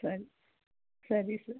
ಸರಿ ಸರಿ ಸರ್